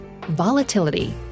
Volatility